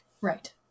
Right